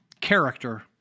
character